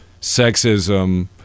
sexism